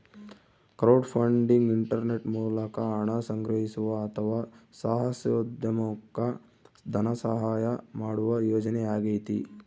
crowdfunding internet ಮೂಲಕ ಹಣ ಸಂಗ್ರಹಿಸುವ ಅಥವಾ ಸಾಹಸೋದ್ಯಮುಕ್ಕ ಧನಸಹಾಯ ಮಾಡುವ ಯೋಜನೆಯಾಗೈತಿ